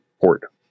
port